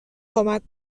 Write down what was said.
کمک